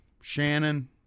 Shannon